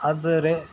ಆದರೆ